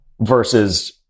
versus